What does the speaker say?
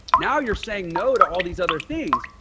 now you're saying no to all these other things.